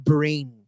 Brain